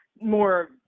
more